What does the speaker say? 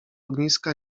ogniska